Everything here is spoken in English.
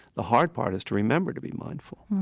the hard part is to remember to be mindful.